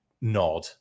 nod